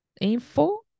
info